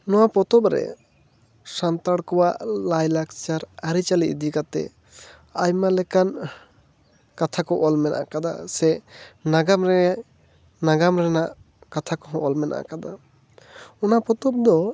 ᱱᱚᱣᱟ ᱯᱚᱛᱚᱵ ᱨᱮ ᱥᱟᱱᱛᱟᱲ ᱠᱚᱣᱟᱜ ᱞᱟᱭ ᱞᱟᱠᱪᱟᱨ ᱟᱹᱨᱤ ᱪᱟᱹᱞᱤ ᱤᱫᱤ ᱠᱟᱛᱮ ᱟᱭᱢᱟ ᱞᱮᱠᱟᱱ ᱠᱟᱛᱷᱟ ᱠᱚ ᱚᱞ ᱢᱮᱱᱟᱜ ᱟᱠᱟᱫᱟ ᱥᱮ ᱱᱟᱜᱟᱢ ᱨᱮ ᱱᱟᱜᱟᱢ ᱨᱮᱱᱟᱜ ᱠᱟᱛᱷᱟ ᱠᱚᱦᱚᱸ ᱚᱞ ᱢᱮᱱᱟᱜ ᱟᱠᱟᱫᱟ ᱚᱱᱟ ᱯᱚᱛᱚᱵ ᱫᱚ